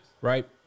right